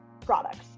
products